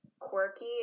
quirky